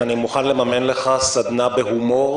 שאני מוכן לממן לך סדנה בהומור,